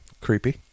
creepy